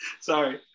Sorry